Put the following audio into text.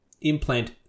implant